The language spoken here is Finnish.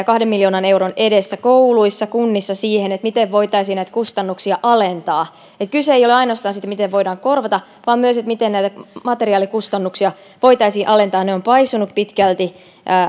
kahden miljoonan eron edestä kouluissa ja kunnissa siihen miten voitaisiin näitä kustannuksia alentaa kyse ei ole ainoastaan siitä miten voidaan korvata vaan myös siitä miten näitä materiaalikustannuksia voitaisiin alentaa ne ovat paisuneet pitkälti